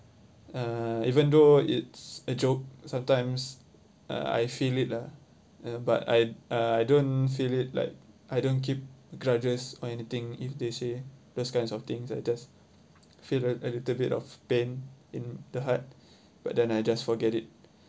uh even though it's a joke sometimes uh I feel it lah but I I don't feel it like I don't keep grudges or anything if they say those kinds of things I just feel a a little bit of pain in the heart but then I just forget it